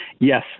yes